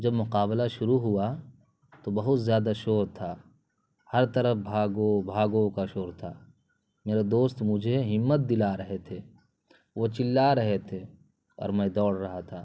جب مقابلہ شروع ہوا تو بہت زیادہ شور تھا ہر طرف بھاگو بھاگو کا شور تھا میرے دوست مجھے ہمت دلا رہے تھے وہ چلا رہے تھے اور میں دوڑ رہا تھا